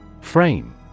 Frame